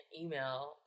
email